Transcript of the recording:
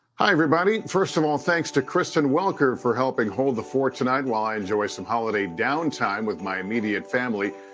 hi everybody. first of all thanks to kristen welker for helping hold the fort tonight while i enjoy some holiday down time with my immediate family.